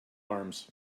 arms